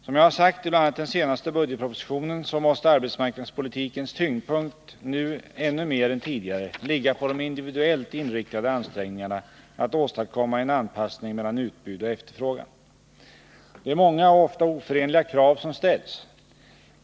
Som jag har sagt i bl.a. den senaste budgetpropositionen, måste arbetsmarknadspolitikens tyngdpunkt nu ännu mer än tidigare ligga på de individuellt inriktade ansträngningarna att åstadkomma en anpassning mellan utbud och efterfrågan. Det är många och ofta oförenliga krav som ställs.